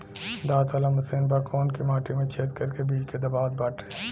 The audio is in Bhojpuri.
दांत वाला मशीन बा जवन की माटी में छेद करके बीज के दबावत बाटे